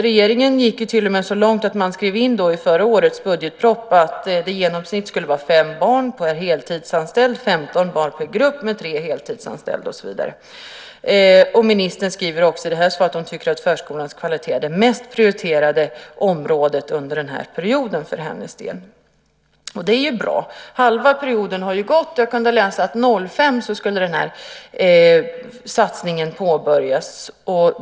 Regeringen gick till och med så långt att man skrev in i förra årets budgetproposition att det i genomsnitt skulle vara fem barn per heltidsanställd, 15 barn per grupp med tre heltidsanställda och så vidare. Statsrådet skriver också i svaret att förskolans kvalitet är det mest prioriterade området under den här mandatperioden för hennes del, och det är ju bra. Halva perioden har nu gått. Jag kunde läsa att 2005 skulle den här satsningen påbörjas.